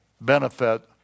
benefit